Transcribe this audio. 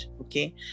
okay